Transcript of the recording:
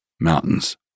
Mountains